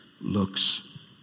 looks